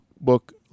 book